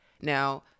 now